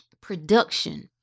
production